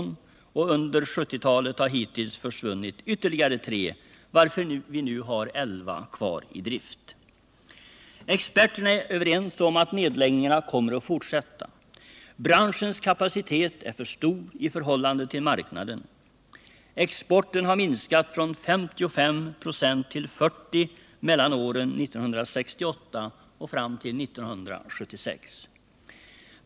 Under 1970-talet har hittills försvunnit ytterligare tre fabriker, varför vi nu har 11 kvar i drift. Experterna är överens om att nedläggningarna kommer att fortsätta. Branschens kapacitet är för stor i förhållande till marknaden. Exporten har minskat från 55 96 till 40 96 mellan år 1968 och fram till 1976.